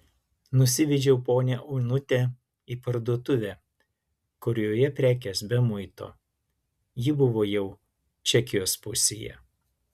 nusivedžiau ponią onutę į parduotuvę kurioje prekės be muito ji buvo jau čekijos pusėje